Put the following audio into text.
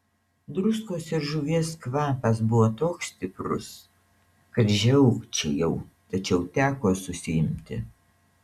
druskos ir žuvies kvapas buvo toks stiprus kad žiaukčiojau tačiau teko susiimti